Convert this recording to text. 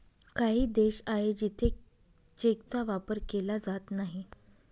काही देश आहे जिथे चेकचा वापर केला जात नाही